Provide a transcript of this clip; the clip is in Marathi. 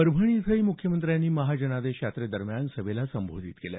परभणी इथंही मुख्यमंत्र्यांनी महाजनादेश यात्रेदरम्यान सभेला संबोधित केलं